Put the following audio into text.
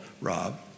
Rob